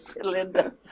Linda